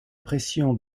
pression